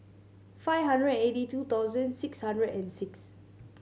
five hundred and eighty two thousand six hundred and six